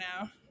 now